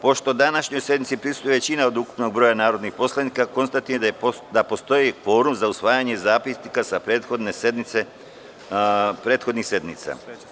Pošto današnjoj sednici prisustvuje većina od ukupnog broja narodnih poslanika, konstatujem da postoji kvorum za usvajanje zapisnika sa prethodnih sednica.